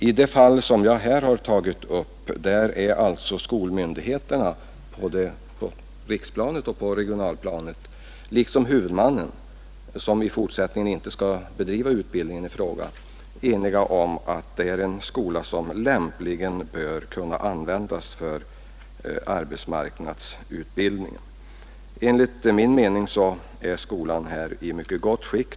I det fall som jag här har tagit upp är skolmyndigheterna — både på riksplanet och på regionalplanet — liksom huvudmannen, som i fortsättningen inte skall bedriva utbildningen i fråga, eniga om att det gäller skollokaler som lämpligen bör kunna användas för arbetsmarknadsutbildningen. Enligt min mening är ifrågavarande skola i mycket gott skick.